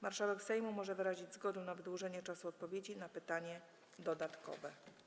Marszałek Sejmu może wyrazić zgodę na wydłużenie czasu odpowiedzi na pytanie dodatkowe.